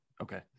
Okay